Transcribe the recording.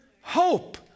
hope